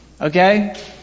Okay